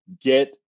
get